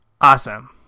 Awesome